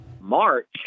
March